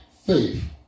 faith